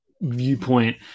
viewpoint